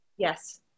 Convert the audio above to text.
Yes